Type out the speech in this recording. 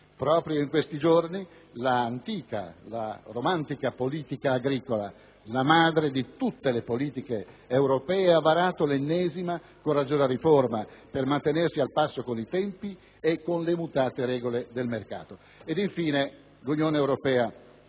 Proprio in questi giorni la antica, la romantica politica agricola, la madre di tutte le politiche europee, ha varato l'ennesima coraggiosa riforma per mantenersi al passo con i tempi e con le mutate regole del mercato. Infine, l'Unione europea